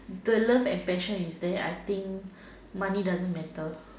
the love and passion is there I think money doesn't matter